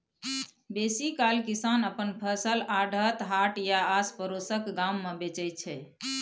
बेसीकाल किसान अपन फसल आढ़त, हाट या आसपरोसक गाम मे बेचै छै